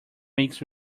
makes